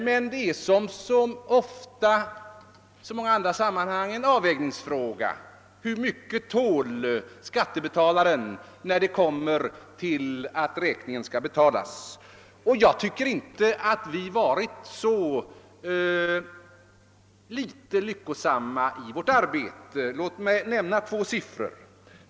Men såsom i andra sammanhang gäller det ofta en avvägningsfråga: Hur mycket tål skattebetalaren när räkning en skall betalas? Jag tycker emellertid inte att vi varit så litet lyckosamma i vårt arbete. Låt mig nämna två siffror.